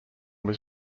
was